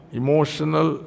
emotional